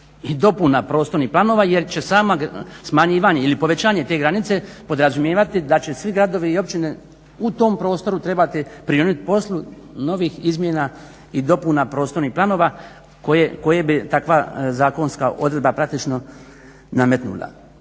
i dopuna prostornih planova jer će samo smanjivanje ili povećanje te granice podrazumijevati da će svi gradovi i općine u tom prostoru trebati prionuti poslu novih izmjena i dopuna prostornih planova koje bi takva zakonska odredba praktično nametnula.